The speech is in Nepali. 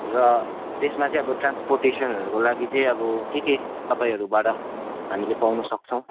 र त्यसमा चाहिँ अब ट्रान्सपोर्टेसनहरूको लागि चाहिँ अब के के तपाईँहरूबाट हामीले पाउन सक्छौँ